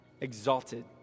exalted